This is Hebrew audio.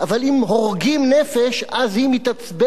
אבל אם הורגים נפש אז היא מתעצבנת.